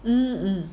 mmhmm